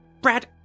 Brad